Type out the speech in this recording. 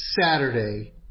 Saturday